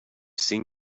seen